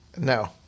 No